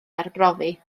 arbrofi